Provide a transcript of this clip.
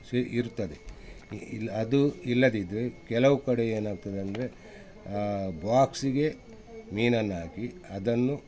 she ಇರ್ತದೆ ಇಲ್ಲ ಅದು ಇಲ್ಲದಿದ್ದರೆ ಕೆಲವು ಕಡೆ ಏನಾಗ್ತದೆ ಅಂದರೆ ಬಾಕ್ಸಿಗೆ ಮೀನನ್ನು ಹಾಕಿ ಅದನ್ನು